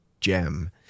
gem